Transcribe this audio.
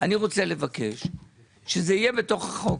אני רוצה לבקש שזה יהיה בתוך החוק.